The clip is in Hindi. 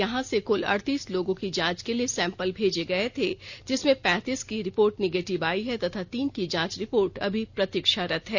यहां से कुल अड़तीस लोगों की जांच के लिए सैंपल भेजे गए थे जिसमें पैंतीस की रिपोर्ट निगेटिव आयी है तथा तीन की जांच रिपोर्ट अभी प्रतीक्षारत है